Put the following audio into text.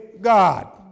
God